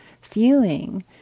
feeling